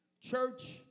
church